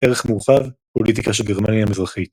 ערך מורחב – פוליטיקה של גרמניה המזרחית